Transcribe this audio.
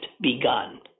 begun